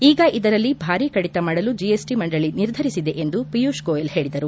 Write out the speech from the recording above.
ಈಗ ಇದರಲ್ಲಿ ಭಾರಿ ಕಡಿತ ಮಾಡಲು ಜೆಎಸ್ಟಿ ಮಂಡಳಿ ನಿರ್ಧರಿಸಿದೆ ಎಂದು ಪಿಯೂಷ್ ಗೋಯಲ್ ಹೇಳಿದರು